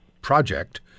project